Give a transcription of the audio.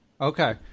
Okay